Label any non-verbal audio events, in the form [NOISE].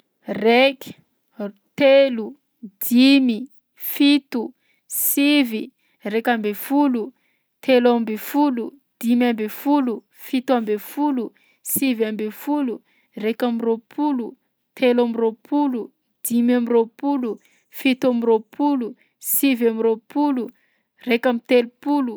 Raiky, [HESITATION] telo, dimy, fito, sivy, raika amby folo, telo amby folo, dimy amby folo, fito amby folo, sivy amby folo, raika am'roapolo, telo am'roapolo, dimy am'roapolo, fito am'roapolo, sivy am'roapolo, raika am'telopolo.